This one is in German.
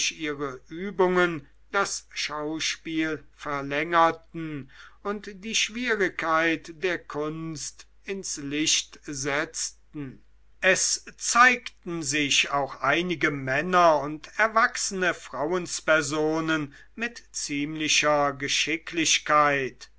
ihre übungen das schauspiel verlängerten und die schwierigkeit der kunst ins licht setzten es zeigten sich auch einige männer und erwachsene frauenspersonen mit ziemlicher geschicklichkeit